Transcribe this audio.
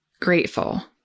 grateful